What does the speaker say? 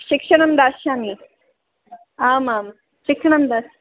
शिक्षणं दास्यामि आम् आम् शिक्षणं दास्य